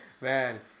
Man